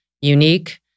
unique